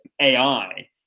AI